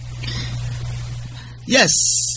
Yes